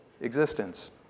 existence